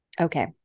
Okay